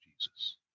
Jesus